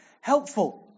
helpful